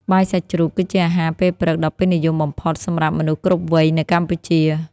បាយសាច់ជ្រូកគឺជាអាហារពេលព្រឹកដ៏ពេញនិយមបំផុត សម្រាប់មនុស្សគ្រប់វ័យនៅកម្ពុជា។